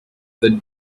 that